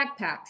backpacks